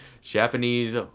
Japanese